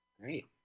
Great